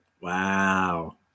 Wow